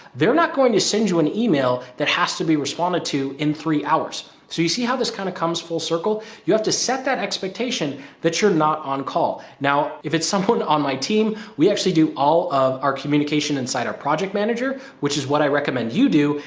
they're not going to send you an email that has to be responded to in three hours. so you see how this kind of comes full circle. you have to set that expectation that you're not on call. now, if it's someone on my team, we actually do all of our communication inside our project manager, which is what i recommend you do.